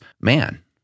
man